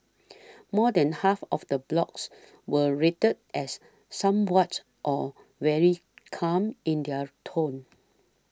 more than half of the blogs were rated as somewhat or very calm in their tone